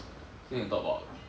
then you talk about